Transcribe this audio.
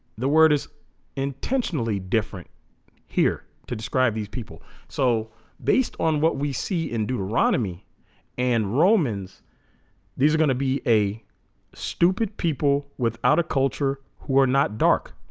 the word is intentionally different here to describe these people so based on what we see in deuteronomy and romans these are gonna be a stupid people without a culture who are not dark